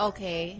Okay